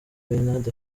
bernard